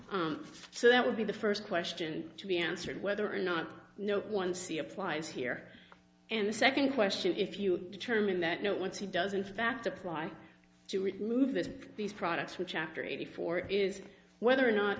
mechanical so that would be the first question to be answered whether or not no one see applies here and the second question if you determine that no once he does in fact apply to remove this these products which after eighty four is whether or not